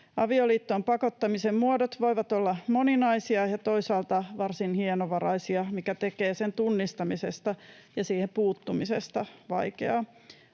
Avioliittoon pakottamisen muodot voivat olla moninaisia ja toisaalta varsin hienovaraisia, mikä tekee sen tunnistamisesta ja siihen puuttumisesta vaikeaa.